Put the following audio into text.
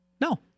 No